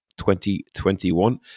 2021